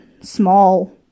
small